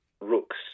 rooks